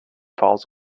falls